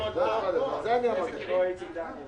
אני מחדש את ישיבת ועדת הכספים.